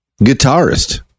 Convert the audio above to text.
guitarist